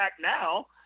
now